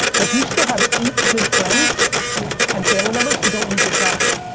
like you still have eight good friends and family members who don't use your product.